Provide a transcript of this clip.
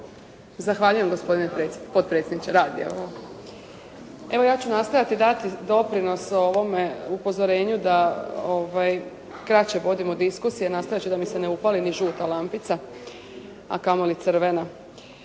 Zahvaljujem gospodine potpredsjedniče,